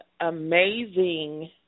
amazing